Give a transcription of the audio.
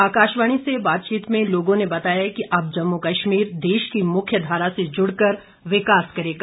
आकाशवाणी से बातचीत में लोगों ने बताया कि अब जम्मू कश्मीर देश की मुख्य धारा से जुड़कर विकास करेगा